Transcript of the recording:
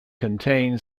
contain